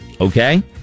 Okay